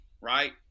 right